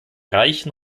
reichen